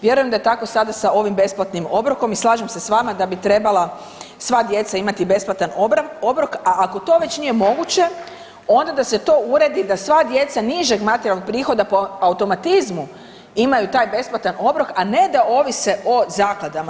Vjerujem da je tako sada sa ovim besplatnim obrokom i slažem se sa vama da bi trebala sva djeca imati besplatan obrok, a ako to već nije moguće onda da se to uredi da sva djeca nižeg materijalnog prihoda po automatizmu imaju taj besplatan obrok, a ne da ovise o zakladama.